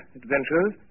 adventures